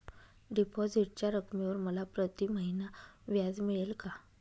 डिपॉझिटच्या रकमेवर मला प्रतिमहिना व्याज मिळेल का?